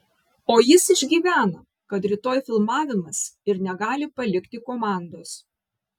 o jis išgyvena kad rytoj filmavimas ir negali palikti komandos